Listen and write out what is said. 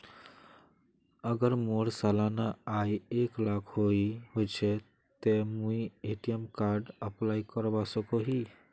अगर मोर सालाना आय एक लाख होचे ते मुई ए.टी.एम कार्ड अप्लाई करवा सकोहो ही?